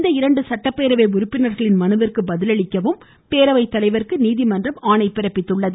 இந்த இரண்டு சட்டப்பேரவை உறுப்பினர்களின் மனுவிற்கு பதில் அளிக்கவும் பேரவைத் தலைவருக்கு நீதிமன்றம் ஆணையிட்டுள்ளது